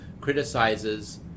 criticizes